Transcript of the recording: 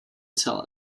tell